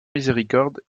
miséricorde